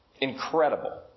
Incredible